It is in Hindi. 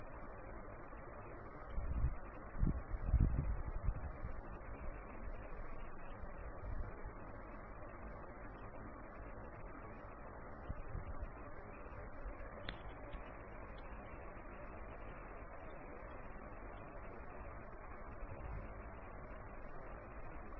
यह 1 की ओर बढ़ना शुरू कर देगा जिसका अर्थ है कि ड्यूटी साइकिल बढ़ रहा है ड्यूटी साइकिल जिसे आप DC DC कनवर्टर को फीड कर रहे हैं वह बढ़ रहा है